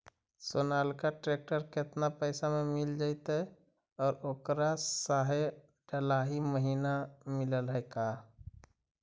Sonalika tractor केतना पैसा में मिल जइतै और ओकरा सारे डलाहि महिना मिलअ है का?